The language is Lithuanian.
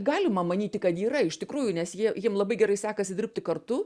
galima manyti kad yra iš tikrųjų nes jie jiem labai gerai sekasi dirbti kartu